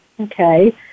Okay